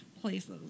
places